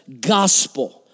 gospel